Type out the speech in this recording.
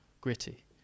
gritty